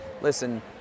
listen